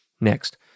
Next